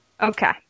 Okay